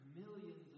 millions